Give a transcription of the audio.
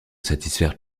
satisfaire